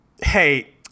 hey